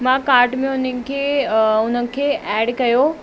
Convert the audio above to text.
मां काट में उन खे उन्हनि खे एड कयो